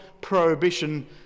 prohibition